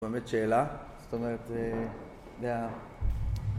באמת שאלה, זאת אומרת, אתה יודע,